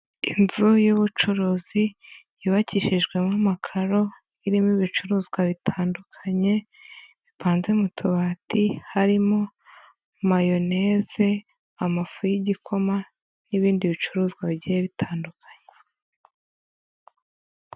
Inzu y'ubucuruzi, yubakishijwemo amakaro, irimo ibicuruzwa bitandukanye bipanze mu tubati, harimo mayoneze, amafu y'igikoma n'ibindi bicuruzwa bigiye bitandukanye.